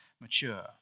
mature